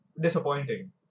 disappointing